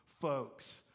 folks